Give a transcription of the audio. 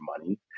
money